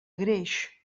greix